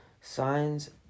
Signs